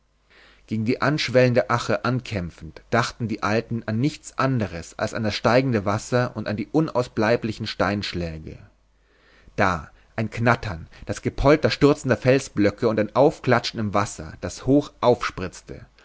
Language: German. gegen die anschwellende ache ankämpfend dachten die alten an nichts anderes als an das steigende wasser und an die unausbleiblichen steinschläge da ein knattern das gepolter stürzender felsblöcke und ein aufklatschen im wasser das hoch aufspritzte